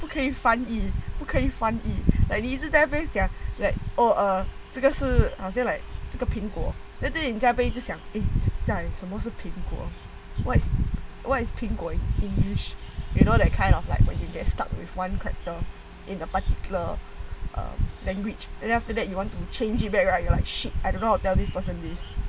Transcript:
不可以翻译不可以翻译 like 你一直在那边想 oh 这个是好像 like 这个苹果 than after that 你在那边一直 like 想什么事苹果 what what is 苹果 in english you know that kind of like when you get stuck with one cracker in a particular um language then after that you want to change back right you like shit I do not know how to tell this person this